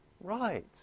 Right